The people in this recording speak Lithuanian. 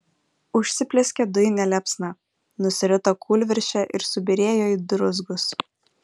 užsiplieskė dujine liepsna nusirito kūlvirsčia ir subyrėjo į druzgus